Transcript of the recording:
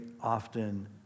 often